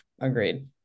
agreed